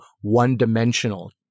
one-dimensional